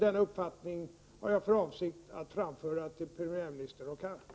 Denna uppfattning har jag för avsikt att framföra till premiärminister Rocard.